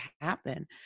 happen